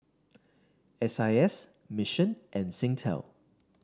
S I S Mission and Singtel